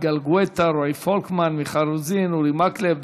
3908 ו-3917.